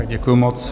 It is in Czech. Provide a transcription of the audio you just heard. Děkuji moc.